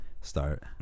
Start